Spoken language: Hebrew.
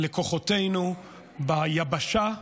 לכוחותינו ביבשה,